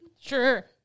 Sure